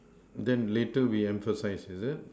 then later we emphasize is it